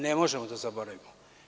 Ne možemo da zaboravimo.